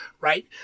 right